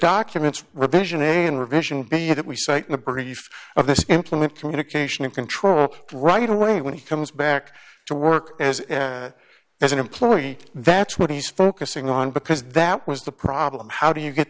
it we site a brief of this implement communication and control right away when he comes back to work as a as an employee that's what he's focusing on because that was the problem how do you get